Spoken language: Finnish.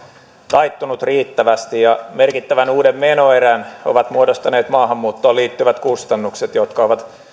taittunut riittävästi ja merkittävän uuden menoerän ovat muodostaneet maahanmuuttoon liittyvät kustannukset jotka ovat